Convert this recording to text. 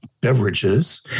beverages